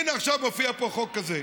והינה, עכשיו מופיע פה חוק כזה,